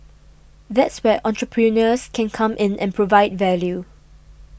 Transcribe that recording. that's where entrepreneurs can come in and provide value